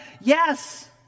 Yes